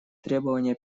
требования